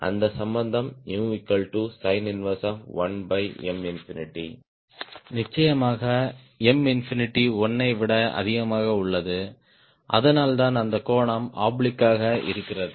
அந்த சம்பந்தம் sin 11M நிச்சயமாக M 1 ஐ விட அதிகமாக உள்ளது அதனால்தான் அந்த கோணம் ஆப்லிக் ஆக இருக்கிறது